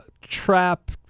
trap